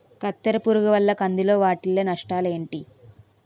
కత్తెర పురుగు వల్ల కంది లో వాటిల్ల నష్టాలు ఏంటి